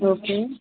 okay